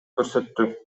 көрсөттү